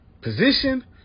position